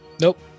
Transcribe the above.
nope